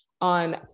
on